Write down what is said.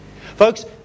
Folks